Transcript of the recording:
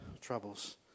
troubles